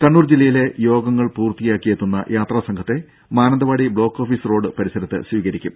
കണ്ണൂർ ജില്ലയിലെ യോഗങ്ങൾ പൂർത്തിയാക്കിയെത്തുന്ന യാത്രാ സംഘത്തെ മാനന്തവാടി ബ്ലോക്ക് ഓഫീസ് റോഡ് പരിസരത്ത് സ്വീകരിക്കും